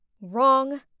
Wrong